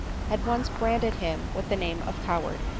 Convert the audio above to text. had once branded him with the name of coward.